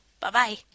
Bye-bye